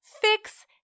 Fix